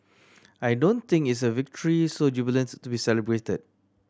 I don't think it's a victory so jubilant to be celebrated